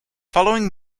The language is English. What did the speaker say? following